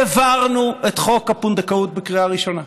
העברנו את חוק הפונדקאות בקריאה ראשונה,